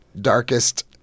darkest